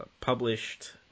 published